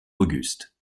auguste